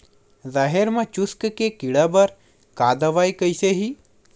राहेर म चुस्क के कीड़ा बर का दवाई कइसे ही?